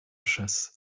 chasse